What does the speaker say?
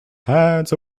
hands